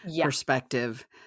perspective